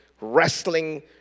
wrestling